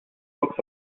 books